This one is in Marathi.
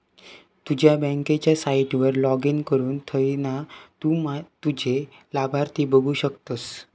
तुझ्या बँकेच्या साईटवर लाॅगिन करुन थयना तु तुझे लाभार्थी बघु शकतस